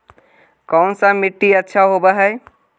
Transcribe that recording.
कोन सा मिट्टी अच्छा होबहय?